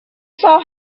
saw